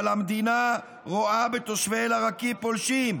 אבל המדינה רואה בתושבי אל-עראקיב פולשים.